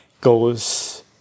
goes